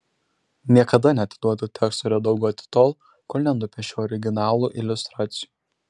niekada neatiduodu teksto redaguoti tol kol nenupiešiu originalų iliustracijų